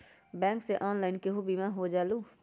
Bank से online केहु बिमा हो जाईलु?